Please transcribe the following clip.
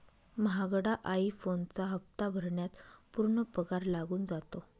महागडा आई फोनचा हप्ता भरण्यात पूर्ण पगार लागून जातो